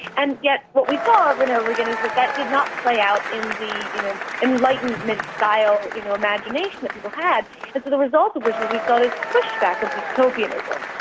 and yet what we saw over and over again is that that did not play out in the you know enlightenment style you know imagination that people had. and so the result of which was we saw this push-back of dystopianism,